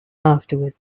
afterwards